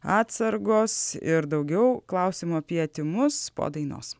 atsargos ir daugiau klausimų apie tymus po dainos